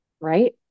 Right